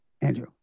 Andrew